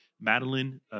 Madeline